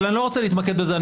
אני לא רוצה להתמקד בזה.